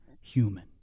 human